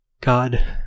God